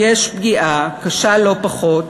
יש פגיעה קשה לא פחות,